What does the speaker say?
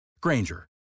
Granger